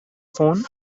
phone